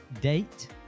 date